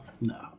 No